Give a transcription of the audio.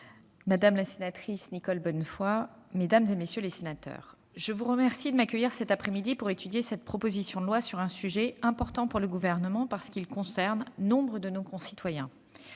madame la sénatrice Nicole Bonnefoy, mesdames, messieurs les sénateurs, je vous remercie de m'accueillir cet après-midi pour examiner cette proposition de loi portant sur un sujet important pour le Gouvernement, car il concerne nombre de nos concitoyens.